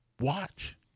watch